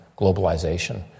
globalization